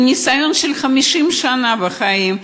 עם ניסיון של 50 שנה בחיים,